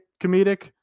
comedic